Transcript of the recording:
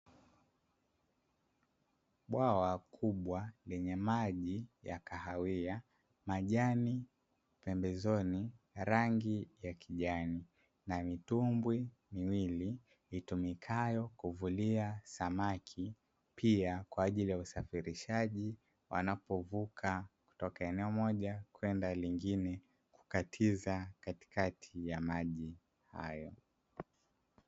Bwawa kubwa lenye maji ya kahawia, majani pembezoni, rangi ya kijani na mitumbwi miwili itumikayo kuvulia samaki, pia kwa ajili ya usafirishaji wanapovuka kutoka eneo moja kwenda lingine kukatiza katikati ya maji hayo.